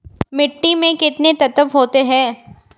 मिट्टी में कितने तत्व होते हैं?